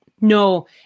No